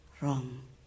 wrong